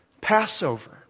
Passover